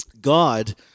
God